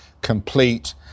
complete